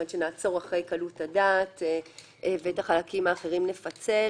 הווי אומר שנעצור אחרי קלות הדעת ואת החלקים האחרים נפצל.